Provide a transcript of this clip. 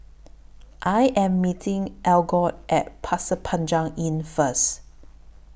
I Am meeting Algot At Pasir Panjang Inn First